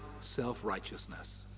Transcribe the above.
self-righteousness